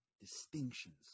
distinctions